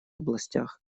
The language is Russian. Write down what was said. областях